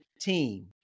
team